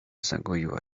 zagoiła